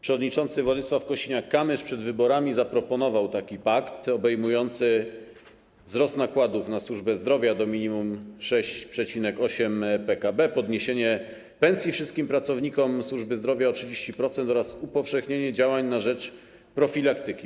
Przewodniczący Władysław Kosiniak-Kamysz przed wyborami zaproponował pakt obejmujący wzrost nakładów na służbę zdrowia do minimum 6,8% PKB, podniesienie pensji wszystkim pracownikom służby zdrowia o 30% oraz upowszechnienie działań na rzecz profilaktyki.